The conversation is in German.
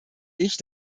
ich